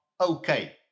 okay